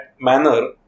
manner